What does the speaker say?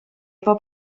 efo